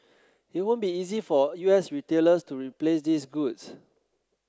it won't be easy for U S retailers to replace these goods